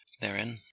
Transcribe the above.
therein